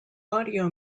audio